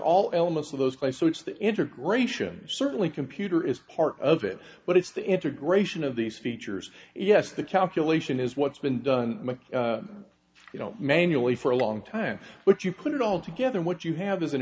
all elements of those play so it's the integration certainly computer is part of it but it's the integration of these features yes the calculation is what's been done you know manually for a long time but you put it all together what you have is an